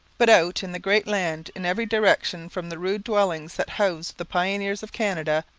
but out in the great land, in every direction from the rude dwellings that housed the pioneers of canada,